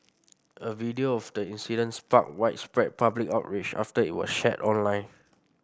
a video of the incident sparked widespread public outrage after it was shared online